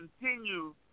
continue